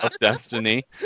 Destiny